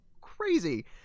crazy